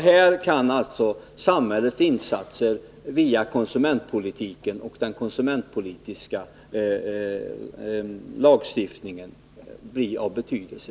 Här kan alltså samhällets insatser via konsumentpolitiken och den konsumentpolitiska lagstiftningen bli av betydelse.